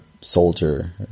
soldier